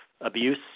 abuse